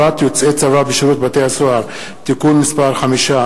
יוצאי צבא בשירות בתי-הסוהר) (תיקון מס' 5),